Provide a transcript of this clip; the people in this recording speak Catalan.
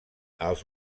els